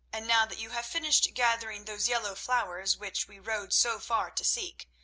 and now that you have finished gathering those yellow flowers which we rode so far to seek,